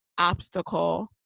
obstacle